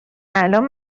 الان